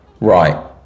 right